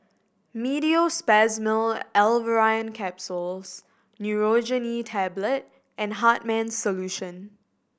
Meteospasmyl Alverine Capsules Nurogen E Tablet and Hartman's Solution